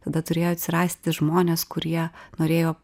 tada turėjo atsirasti žmonės kurie norėjo